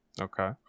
Okay